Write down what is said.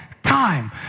time